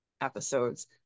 episodes